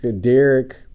Derek